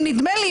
אם נדמה לי,